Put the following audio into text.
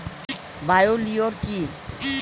Bio লিওর কি?